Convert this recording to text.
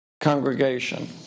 congregation